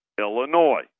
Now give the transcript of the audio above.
Illinois